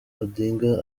odinga